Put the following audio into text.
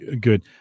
good